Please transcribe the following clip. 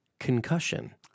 Concussion